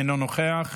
אינו נוכח.